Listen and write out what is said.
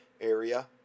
area